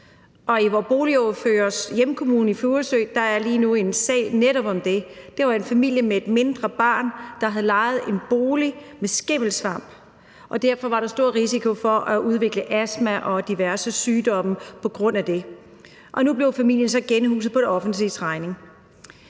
boligordførers hjemkommune i Furesø er der lige nu en sag om netop det. Det var en familie med et mindre barn, der havde lejet en bolig med skimmelsvamp, og derfor var der stor risiko for at udvikle astma og diverse sygdomme på grund af det. Nu blev familien så genhuset på det offentliges regning.